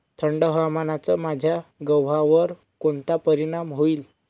थंड हवामानाचा माझ्या गव्हावर कोणता परिणाम होईल?